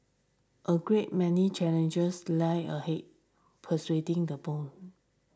a great many challenges lie ahead persuading the bone